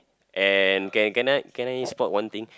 and can can I can I spot one thing